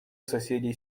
соседей